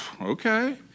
okay